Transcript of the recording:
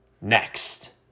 next